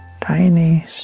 tiny